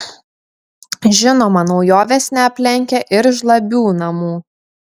žinoma naujovės neaplenkia ir žlabių namų